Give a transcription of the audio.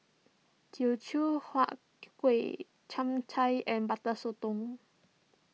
Teochew Huat Kueh Chap Chai and Butter Sotong